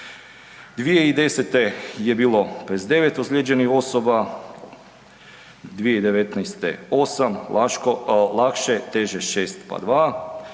2010. je bilo 29 ozlijeđenih osoba, 2019. 8 lakše, teže 6 pa 2